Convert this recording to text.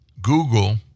Google